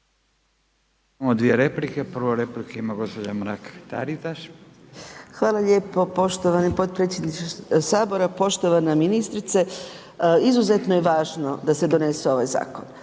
Hvala lijepo poštovani potpredsjedniče Sabora. Poštovana ministrice, izuzetno je važno da se donese ovaj zakon.